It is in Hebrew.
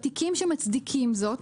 בתיקים שמצדיקים זאת